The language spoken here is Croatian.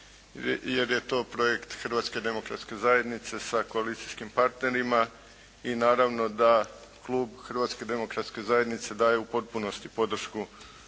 Jer je to projekt Hrvatske demokratske zajednice sa koalicijskim partnerima. I naravno da Klub Hrvatske demokratske zajednice daje u potpunosti podršku donošenju Zakona